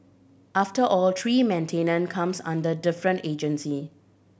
after all tree maintenance comes under different agencies